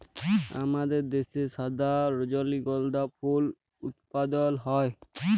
আমাদের দ্যাশে সাদা রজলিগন্ধা ফুল উৎপাদল হ্যয়